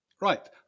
Right